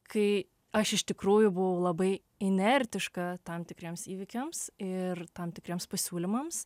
kai aš iš tikrųjų buvau labai inertiška tam tikriems įvykiams ir tam tikriems pasiūlymams